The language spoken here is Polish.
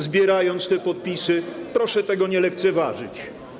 Zbierając te podpisy, proszę tego nie lekceważyć.